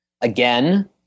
again